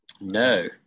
No